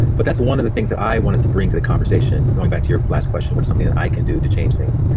but that's one of the things that i wanted to bring to the conversation. going back to your last question, was something that i can do to change things,